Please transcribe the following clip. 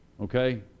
okay